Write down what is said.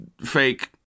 fake